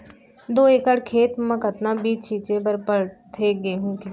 दो एकड़ खेत म कतना बीज छिंचे बर पड़थे गेहूँ के?